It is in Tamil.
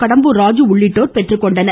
கடம்பூர் ராஜு உள்ளிட்டோர் பெற்றுக்கொண்டனர்